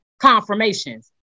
confirmations